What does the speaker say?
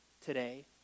today